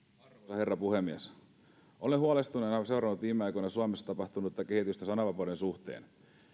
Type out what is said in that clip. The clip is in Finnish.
herra puhemies olen huolestuneena seurannut viime aikoina suomessa tapahtunutta kehitystä sananvapauden suhteen